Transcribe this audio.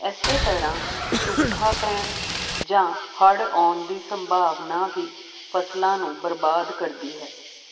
ਇਸੇ ਤਰ੍ਹਾਂ ਸੋਕਾ ਪੈਣ ਜਾਂ ਹੜ ਆਉਣ ਦੀ ਸੰਭਾਵਨਾ ਵੀ ਫਸਲਾਂ ਨੂੰ ਬਰਬਾਦ ਕਰਦੀ ਹੈ